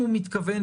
שוב,